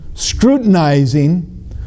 scrutinizing